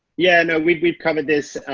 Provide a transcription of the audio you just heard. yeah, no, we've we've covered this.